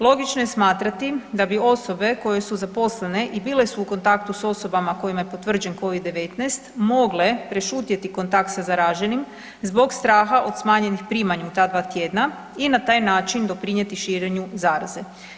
Logično je smatrati da bi osobe koje su zaposlene i bile su u kontaktu sa osobama kojima je potvrđen COVID-19, mogle prešutjeti kontakt sa zaraženim zbog straha od smanjenih primanja u ta 2 tj. i na taj način doprinijeti širenu zaraze.